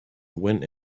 went